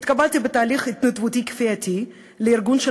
התקבלתי בתהליך התנדבותי-כפייתי לארגון של